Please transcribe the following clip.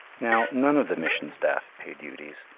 now, none of the mission staff pay duties.